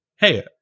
Hey